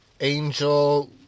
Angel